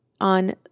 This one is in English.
on